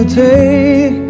take